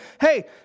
hey